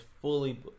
fully